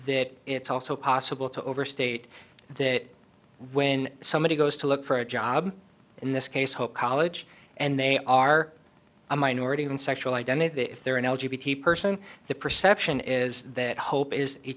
that it's also possible to overstate that when somebody goes to look for a job in this case whole college and they are a minority even sexual identity if they're in person the perception is that hope is